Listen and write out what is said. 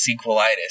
sequelitis